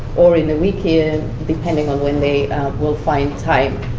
or in the weekend depending on when they will find time.